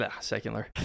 secular